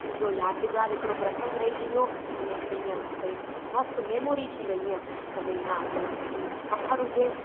मुंहिंजो यादगारु हिकिड़ो प्रसंग रहिजी वियो अने हिकिड़े हीअं भई मस्तु मेमोरी थी वई हीअं के भई हा हीअं सफ़रु हुजे